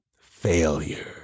Failure